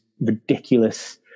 ridiculous